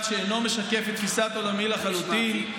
שאינו משקף את תפיסת עולמי לחלוטין.